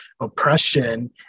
oppression